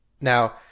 Now